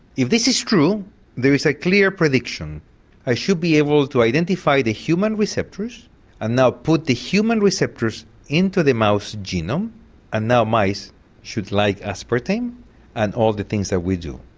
if this is true there is a clear prediction i should be able to identify the human receptors and now put the human receptors into the mouse genome and now mice should like aspartame and all the things that we do.